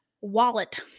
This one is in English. wallet